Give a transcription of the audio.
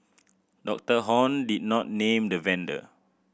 Doctor Hon did not name the vendor